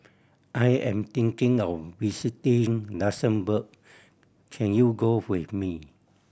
I am thinking of visiting Luxembourg can you go with me